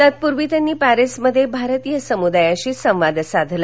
तत्पूर्वी त्यांनी पॅरिसमध्ये भारतीय समृदायाशी संवाद साधला